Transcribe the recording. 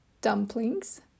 dumplings